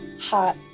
hot